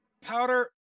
Powder